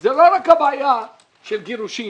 זאת לא רק הבעיה של גירושים,